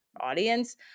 audience